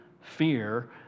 fear